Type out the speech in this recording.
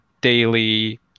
daily